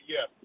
Yes